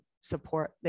support